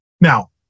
Now